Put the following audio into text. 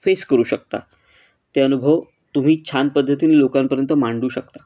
face करू शकता ते अनुभव तुम्ही छान पद्धतीने लोकांपर्यंत मांडू शकता